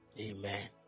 Amen